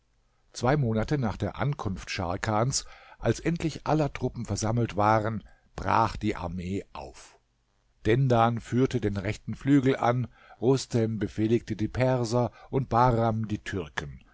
zwei monate nach der ankunft scharkans als endlich aller truppen versammelt waren brach die armee auf dendan führte den rechten flügel an rustem befehligte die perser und bahram die türken